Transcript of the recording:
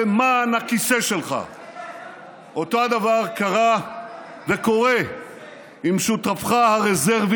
כי אין לך שום עכבות לסכן את חיי אזרחי ישראל ואת חיי חיילי צה"ל.